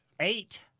eight